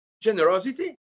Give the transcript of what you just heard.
generosity